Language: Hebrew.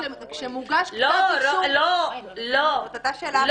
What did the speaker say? כשמוגש כתב אישום --- זאת היתה שאלת הבהרה --- לא,